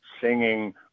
singing